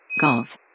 Golf